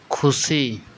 ᱠᱷᱩᱥᱤ